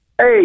Hey